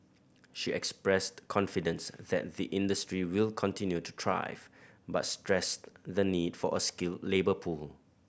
she expressed confidence that the industry will continue to thrive but stressed the need for a skilled labour pool